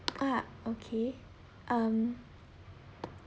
ah okay um